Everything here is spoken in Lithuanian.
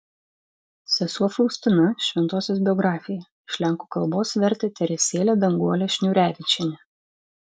sesuo faustina šventosios biografija iš lenkų kalbos vertė teresėlė danguolė šniūrevičienė